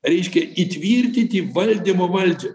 reiškia įtvirtiti valdymo valdžią